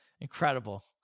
Incredible